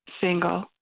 Single